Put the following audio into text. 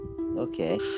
Okay